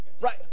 Right